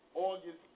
August